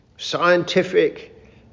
scientific